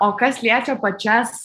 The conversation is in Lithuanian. o kas liečia pačias